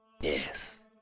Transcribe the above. Yes